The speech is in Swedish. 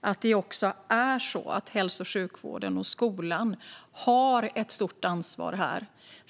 att hälso och sjukvården och skolan har ett stort ansvar.